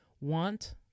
want